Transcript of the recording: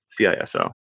CISO